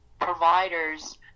providers